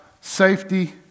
safety